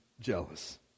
jealous